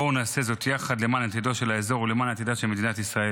בואו נעשה זאת יחד למען עתידו של האזור ולמען עתידה של מדינת ישראל.